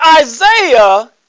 Isaiah